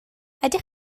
ydych